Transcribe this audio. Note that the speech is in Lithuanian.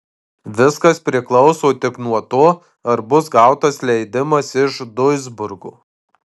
viskas priklauso tik nuo to ar bus gautas leidimas iš duisburgo